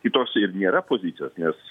kitos ir nėra pozicijos nes